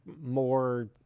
more